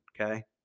okay